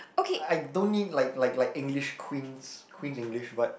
I don't mean like like like English queen's queen's English but